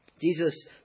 Jesus